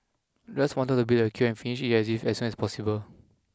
I just wanted to beat the queue and finish with it as soon as possible